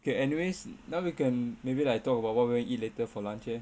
okay anyways now we can maybe like talk about what we want to eat later for lunch leh